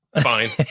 Fine